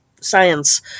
science